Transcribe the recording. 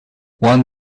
when